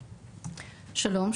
שלום,